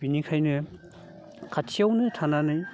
बेनिखायनो खाथियावनो थानानै